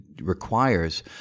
Requires